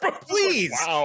please